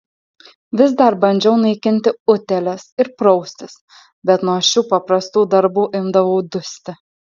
vis dar bandžiau naikinti utėles ir praustis bet nuo šių paprastų darbų imdavau dusti